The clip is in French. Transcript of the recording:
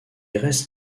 reste